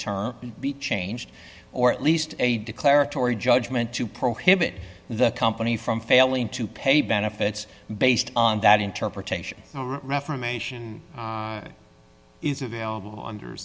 term be changed or at least a declaratory judgment to prohibit the company from failing to pay benefits based on that interpretation reformation is available under